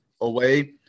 away